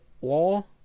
wall